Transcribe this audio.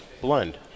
blend